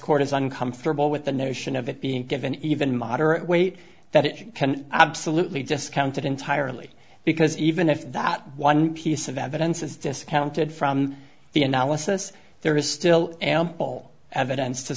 is uncomfortable with the notion of it being given even moderate weight that it absolutely discounted entirely because even if that one piece of evidence is discounted from the analysis there is still ample evidence to